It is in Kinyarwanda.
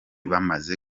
bamaze